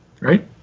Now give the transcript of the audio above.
right